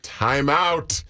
timeout